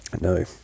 No